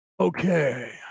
okay